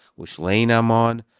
which lane i'm on?